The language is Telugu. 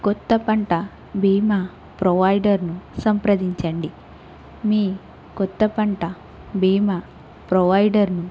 కొత్త పంట బీమా ప్రొవైడర్ను సంప్రదించండి మీ కొత్త పంట బీమా ప్రొవైడర్ను